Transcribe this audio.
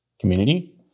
community